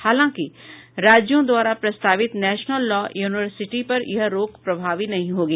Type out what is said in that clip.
हालांकि राज्यों द्वारा प्रस्तावित नेशनल लॉ यूनिवर्सिटी पर यह रोक प्रभावी नहीं होगी